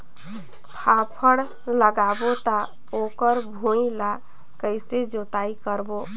फाफण लगाबो ता ओकर भुईं ला कइसे जोताई करबो?